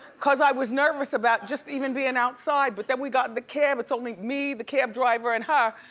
cause i was nervous about just even being outside, but then we got the cab, it's only me, the cab driver and her,